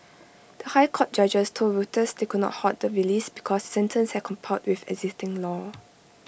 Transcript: the High Court judges told Reuters they could not halt the release because sentence had complied with existing law